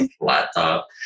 Laptop